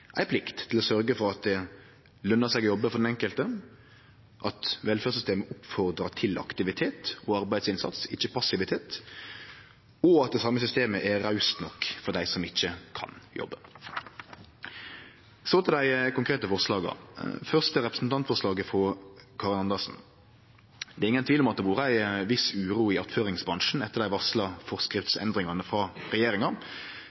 ei plikt til å sørgje for at det løner seg å jobbe for den enkelte, at velferdssystemet oppmodar til aktivitet og arbeidsinnsats, ikkje passivitet, og at det same systemet er raust nok for dei som ikkje kan jobbe. Så til dei konkrete forslaga: Først til representantforslaget frå Karin Andersen. Det er ingen tvil om at det har vore ei viss uro i attføringsbransjen etter dei varsla forskriftsendringane frå regjeringa.